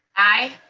aye.